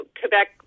quebec